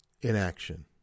inaction